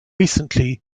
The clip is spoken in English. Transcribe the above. recently